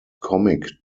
comic